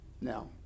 Now